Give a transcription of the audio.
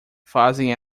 fazem